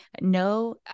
no